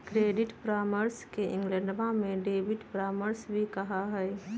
credit परामर्श के इंग्लैंडवा में डेबिट परामर्श भी कहा हई